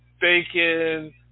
bacon